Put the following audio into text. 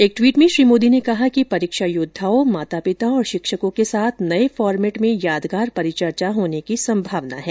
एक ट्वीट में श्री मोदी ने कहा कि परीक्षा योद्वाओं माता पिता और शिक्षकों के साथ नये फॉरमेट में यादगार परिचर्चा होने की संभावना है